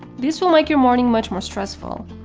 this will make your morning much more stressful.